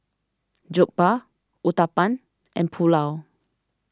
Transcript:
Jokbal Uthapam and Pulao